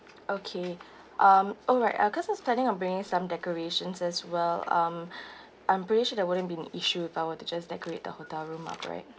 okay um alright uh cause us planning on bringing some decorations as well um I'm pretty sure that wouldn't been issue if I were to just decorate the hotel room up right